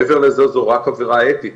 מעבר לזה זו רק עבירה אתית,